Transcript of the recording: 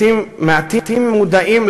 הוא אמר, אין זה ניסוי מלאכותי,